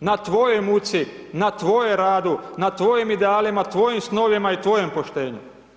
na tvojoj muci, na tvojem radu, na tvojim idealima, tvojim snovima i tvojem poštenju.